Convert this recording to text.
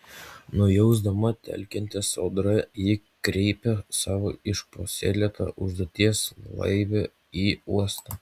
nujausdama telkiantis audrą ji kreipė savo išpuoselėtą užduoties laivę į uostą